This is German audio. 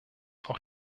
auch